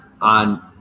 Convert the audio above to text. on